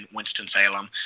Winston-Salem